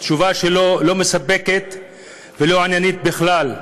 התשובה שלו לא מספקת ולא עניינית בכלל.